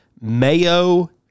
Mayo